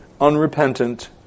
unrepentant